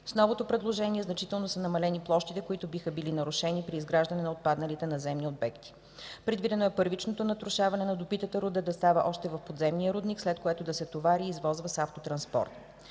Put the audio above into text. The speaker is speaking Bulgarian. С новото предложение значително са намалени площите, които биха били нарушени при изграждане на отпадналите надземни обекти. Предвидено е първичното натрошаване на добитата руда да става още в подземния рудник, след което да се товари и извозва с автотранспорт.